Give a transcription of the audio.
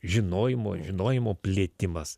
žinojimo žinojimo plėtimas